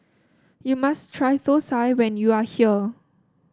you must try thosai when you are here